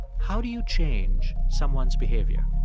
how do you change someone's behavior?